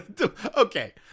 Okay